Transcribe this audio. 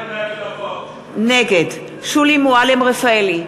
נגד שולי מועלם-רפאלי,